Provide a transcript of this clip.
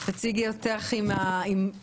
תציגי את עצמך עם תוארך.